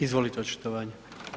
Izvolite očitovanje.